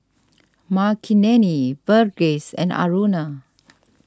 Makineni Verghese and Aruna